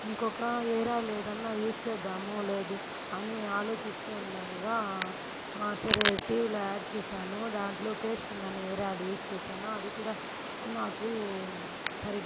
ఇంకొక hair oil ఏదన్నా use చేద్దాము లేదు అని ఆలోచిస్తూ ఉండంగా సరే టీవీలో యాడ్ చూసాను దాంట్లో కేష్కింగ్ అనే హెయిర్ ఆయిలు యూజ్ చేశాను అది కూడా నాకు సరి